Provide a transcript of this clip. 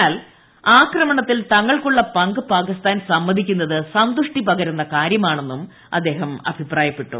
എന്നാൽ ആക്രമണത്തിൽ തങ്ങൾക്കുള്ള പങ്ക് പാക്കിസ്ഥാൻ സമ്മതി ക്കുന്നത് സന്തുഷ്ടി പകരുന്ന കാര്യമാണെന്നും അദ്ദേഹം അഭി പ്രായപ്പെട്ടു